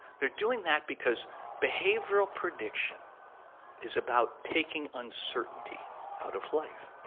they're doing that because behavioral prediction is about taking uncertainty out of life.